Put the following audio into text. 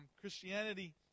Christianity